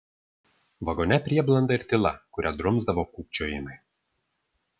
vagone prieblanda ir tyla kurią drumsdavo kūkčiojimai